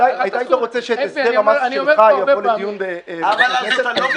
אתה היית רוצה שהסכם המס שלך יבוא לדיון בוועדת כנסת?